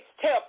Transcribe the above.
tell